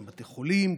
גם בתי חולים,